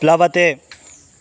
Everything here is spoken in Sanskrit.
प्लवते